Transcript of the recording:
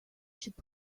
should